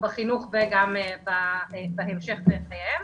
בחינוך וגם בהמשך בחייהם.